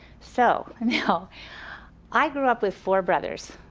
so now i grew up with four brothers,